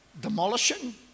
demolishing